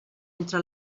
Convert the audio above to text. entre